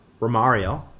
Romario